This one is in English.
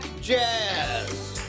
jazz